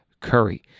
Curry